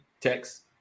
text